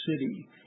City